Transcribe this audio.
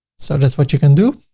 so that's what you can do.